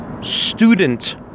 Student